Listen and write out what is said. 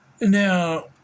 Now